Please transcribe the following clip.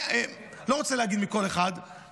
לא רוצה להגיד מכל אחד,